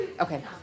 Okay